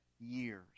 years